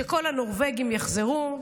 שכל הנורבגים יחזרו,